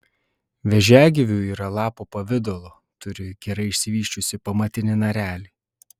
vėžiagyvių yra lapo pavidalo turi gerai išsivysčiusį pamatinį narelį